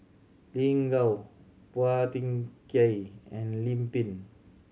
Lin Gao Phua Thin Kiay and Lim Pin